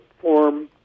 form